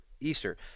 Easter